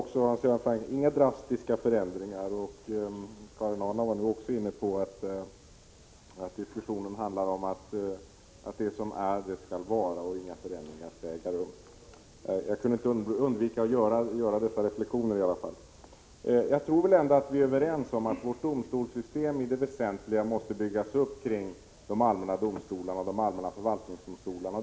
Hans Göran Franck sade också: inga drastiska förändringar. Karin Ahrland var också inne på att diskussionen gäller att det som är, det skall vara och inga förändringar skall äga rum. — Jag kunde inte underlåta att göra dessa reflexioner. Jag tror ändå vi är överens om att vårt domstolssystem i det väsentliga måste byggas upp kring de allmänna domstolarna och de allmänna förvaltningsdomstolarna.